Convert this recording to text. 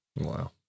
Wow